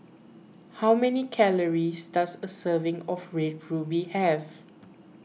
how many calories does a serving of Red Ruby have